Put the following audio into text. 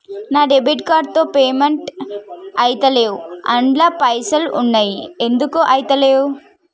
నా debit card తో payment ఐతలేవ్ అండ్ల పైసల్ ఉన్నయి ఎందుకు ఐతలేవ్?